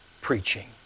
preaching